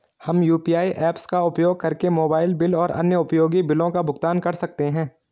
हम UPI apps का उपयोग करके मोबाइल बिल और अन्य उपयोगी बिलों का भुगतान कर सकते हैं